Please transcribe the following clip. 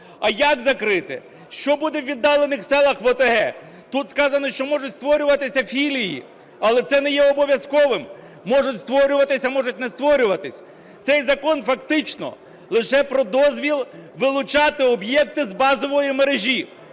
А як закрити? Що буде у віддалених селах в ОТГ? Тут сказано, що можуть створюватися філії, але це не є обов'язковим, можуть створюватися, можуть не створюватися. Цей закон фактично лише про дозвіл вилучати об'єкти з базової мережі,